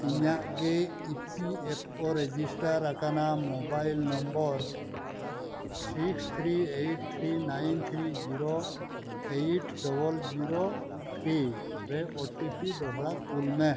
ᱤᱧᱟᱹᱜ ᱜᱮ E P F O register ᱟᱠᱟᱱᱟ mobile number six three eight three nine three zero eight double zero three ᱨᱮ O T P ᱫᱚᱦᱲᱟ ᱠᱳᱞ ᱢᱮ